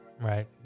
right